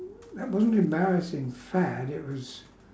that wasn't embarrassing fad it was